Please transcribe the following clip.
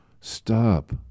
Stop